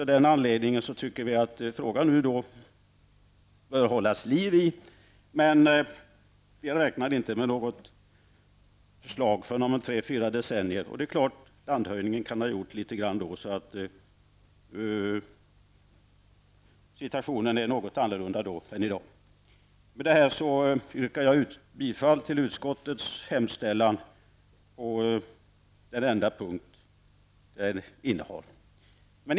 Av den anledningen tycker vi att man bör hålla liv i frågan, men vi räknar inte med något förslag förrän om tre--fyra decennier. Då kan landhöjningen ha påverkat läget, och situationen kan därför då vara en annan än i dag. Med detta yrkar jag bifall till utskottets hemställan på dess enda punkt.